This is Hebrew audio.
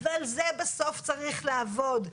ועל זה בסוף צריך לעבוד.